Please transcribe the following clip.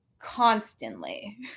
constantly